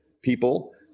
people